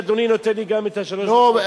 חשבתי שאדוני נותן לי גם את שלוש הדקות שלו.